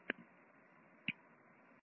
आपका धन्यवाद